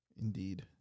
Indeed